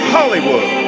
Hollywood